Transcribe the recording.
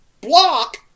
block